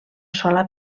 sola